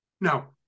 Now